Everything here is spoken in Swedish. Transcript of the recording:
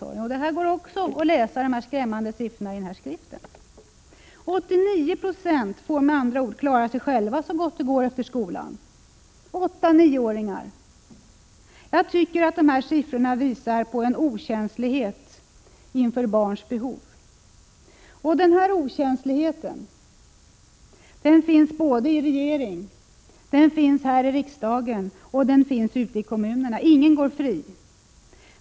Dessa skrämmande siffror går också att läsa i TCO-skriften. 89 96 får med andra ord klara sig själva efter skolan så gott det går — det gäller 8—9-åringarna. Jag tycker att dessa siffror visar på okänslighet inför barns behov. Denna okänslighet finns både i regeringen och riksdagen och ute i kommunerna. Ingen går fri.